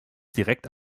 direkt